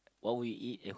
what would eat